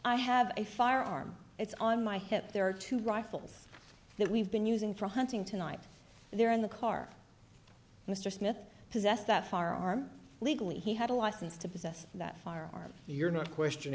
i have a firearm it's on my hip there are two rifles that we've been using for hunting tonight there in the car mr smith possessed that far arm legally he had a license to possess that firearm you're not questioning